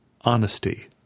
honesty